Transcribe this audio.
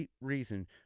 reason